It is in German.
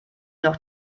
noch